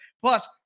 Plus